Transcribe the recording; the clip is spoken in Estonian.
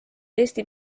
eesti